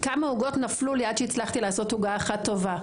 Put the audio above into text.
כמה עוגות נפלו לי עד שהצלחתי לעשות עוגה אחת טובה.